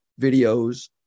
videos